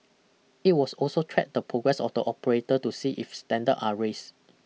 it was also track the progress of the operator to see if standards are raised